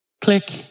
click